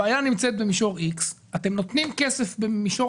הבעיה נמצאת במישור איקס ואתם נותנים כסף במישור